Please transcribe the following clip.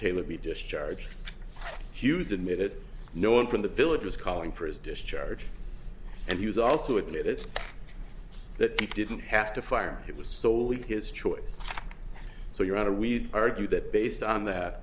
taylor be discharged hughes admitted no one from the village was calling for his discharge and he was also admitted that he didn't have to fire it was solely his choice so your honor we argue that based on that